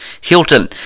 Hilton